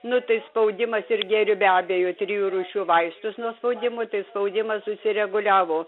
nu tai spaudimas ir geriu be abejo trijų rūšių vaistus nuo nuo spaudimo tai spaudimas susireguliavo